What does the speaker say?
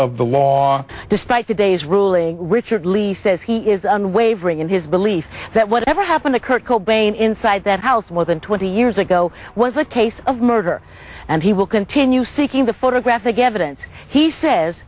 of the law despite today's ruling richard lee says he is unwavering in his belief that whatever happened to kurt cobain inside that house within twenty years ago was a case of murder and he will continue seeking the photographic evidence he says